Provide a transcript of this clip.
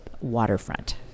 waterfront